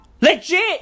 Legit